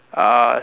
uh